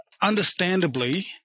understandably